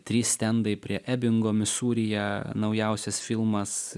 trys stendai prie ebingo misūryje naujausias filmas